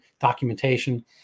documentation